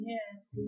Yes